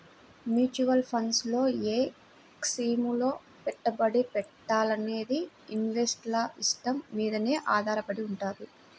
mutual funds లో ఏ స్కీముల్లో పెట్టుబడి పెట్టాలనేది ఇన్వెస్టర్ల ఇష్టం మీదనే ఆధారపడి వుంటది